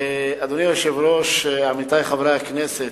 אדוני היושב-ראש, עמיתי חברי הכנסת,